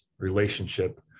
relationship